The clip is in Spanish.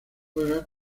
juega